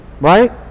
Right